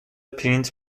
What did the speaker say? پرینت